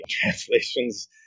translations